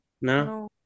no